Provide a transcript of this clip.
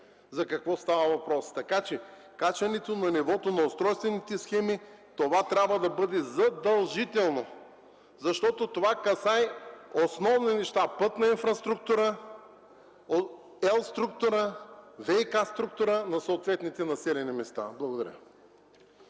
за какво става въпрос. Така че качването на нивото на устройствените схеми - това трябва да бъде задължително. Защото това касае основни неща - пътна инфраструктура, ел. структура, ВиК структура на съответните населени места. Благодаря.